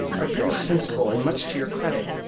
are very sensible and much to your credit,